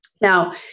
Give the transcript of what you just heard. now